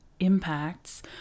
impacts